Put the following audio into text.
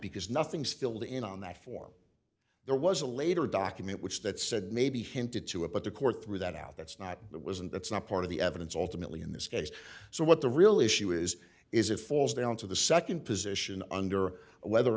because nothing's filled in on that form there was a later document which that said maybe hinted to it but the court threw that out that's not the was and that's not part of the evidence ultimately in this case so what the real issue is is it falls down to the nd position under whether or